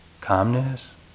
calmness